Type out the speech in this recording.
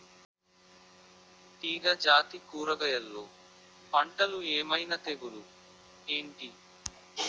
తీగ జాతి కూరగయల్లో పంటలు ఏమైన తెగులు ఏంటి?